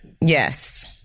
yes